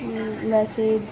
ਵੈਸੇ